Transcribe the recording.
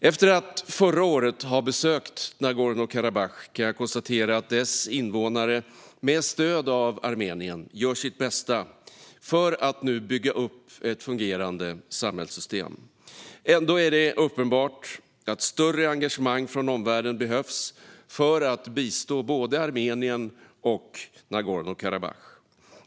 Efter att förra året ha besökt Nagorno-Karabach kan jag konstatera att dess invånare med stöd av Armenien gör sitt bästa för att nu bygga upp ett fungerande samhällssystem. Ändå är det uppenbart att större engagemang från omvärlden behövs för att bistå både Armenien och Nagorno-Karabach.